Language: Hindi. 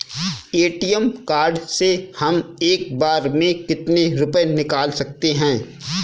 ए.टी.एम कार्ड से हम एक बार में कितने रुपये निकाल सकते हैं?